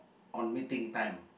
on meeting time